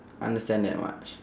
understand that much